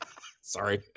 Sorry